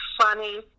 funny